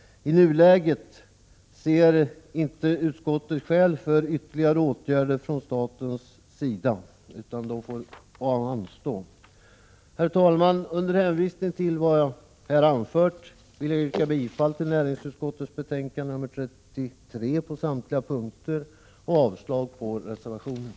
I nuläget ser utskottet inga skäl till ytterligare åtgärder från statens sida. Det får anstå. Herr talman! Under hänvisning till vad jag här anfört vill jag yrka bifall till näringsutskottets hemställan i betänkande 33 på samtliga punkter samt avslag på reservationerna.